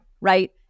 Right